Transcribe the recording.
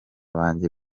banjye